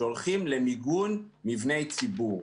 שהולכים למיגון מבני ציבור.